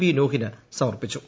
B നൂഹിന് സമർപ്പിച്ചു